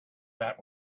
that